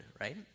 right